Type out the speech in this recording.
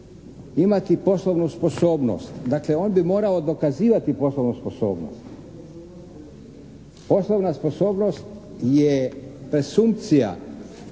imati poslovnu sposobnost. Dakle, on bi morao dokazivati poslovnu sposobnost. Poslovna sposobnost je presumpcija